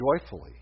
joyfully